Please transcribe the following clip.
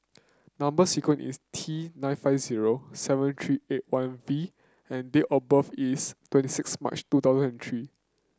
number sequence is T nine five zero seven three eight one V and date of birth is twenty six March two thousand and three